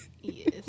Yes